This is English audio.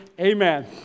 Amen